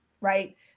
Right